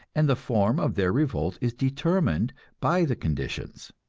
and the form of their revolt is determined by the conditions.